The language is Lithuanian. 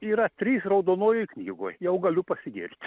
yra trys raudonojoj knygoj jau galiu pasigirt